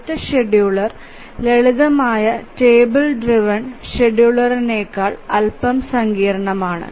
അടുത്ത ഷെഡ്യൂളർ ലളിതമായ table driven ഷെഡ്യൂളറിനേക്കാൾ അൽപ്പം സങ്കീർണ്ണമാണ്